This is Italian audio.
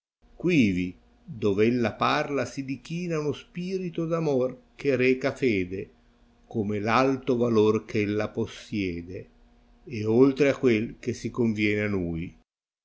quivi dov ella parla si dichina un spirito d'amor che reca fede come r alto valor eh ella possiede e oltre a quel che si conviene a nui